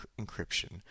encryption